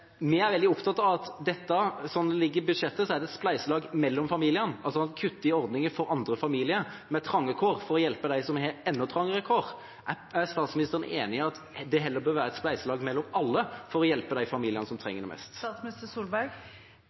vi er veldig opptatt av at dette, slik det ligger i budsjettet, er et spleiselag mellom familiene: Man kutter i ordninger for andre familier med trange kår for å hjelpe dem som har enda trangere kår. Er statsministeren enig i at det heller bør være et spleiselag mellom alle for å hjelpe de familiene som trenger det mest?